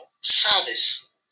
service